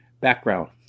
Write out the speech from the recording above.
background